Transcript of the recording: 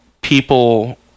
people